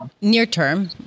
Near-term